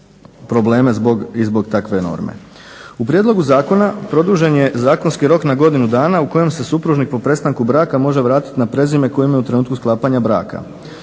probleme i zbog takve norme. U prijedlogu zakona produžen je zakonski rok na godinu dana u kojem se supružnik po prestanku braka može vratiti na prezime koje ima u trenutku sklapanja braka.